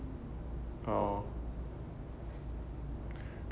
oh